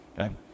Okay